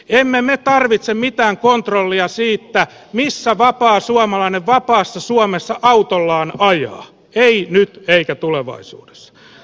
emme me tarvitse mitään kontrollia siitä missä vapaa suomalainen vapaassa suomessa autollaan ajaa ei nyt eikä tulevaisuudessa